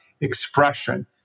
expression